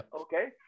Okay